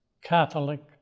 Catholic